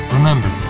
Remember